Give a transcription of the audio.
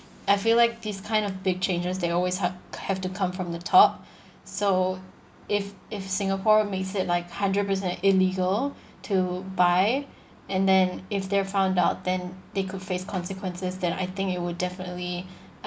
I feel like these kind of big changes they always have have to come from the top so if if singapore makes it like hundred percent illegal to buy and then if they're found out then they could face consequences than I think it would definitely